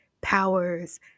powers